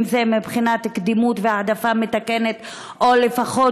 אם זה מבחינת קדימות והעדפה מתקנת או לפחות